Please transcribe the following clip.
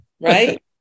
Right